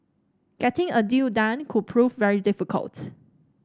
getting a deal done could prove very difficult